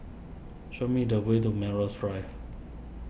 show me the way to Melrose Drive